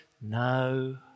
No